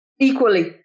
equally